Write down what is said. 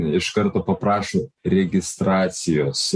iš karto paprašo registracijos